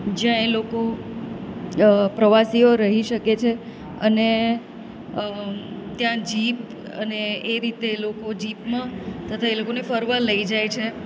જ્યાં એ લોકો પ્રવાસીઓ રહી શકે છે અને ત્યાં જીપ અને એ રીતે લોકો જીપમાં તથા એ લોકોને ફરવા લઈ જાય છે